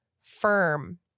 firm